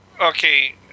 okay